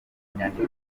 inyandiko